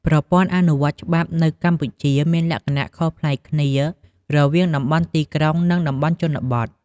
ប្រព័ន្ធអនុវត្តច្បាប់នៅកម្ពុជាមានលក្ខណៈខុសប្លែកគ្នារវាងតំបន់ទីក្រុង និងតំបន់ជនបទ។